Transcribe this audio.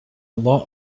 lot